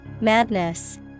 Madness